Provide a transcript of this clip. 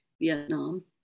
Vietnam